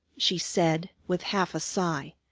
she said with half a sigh.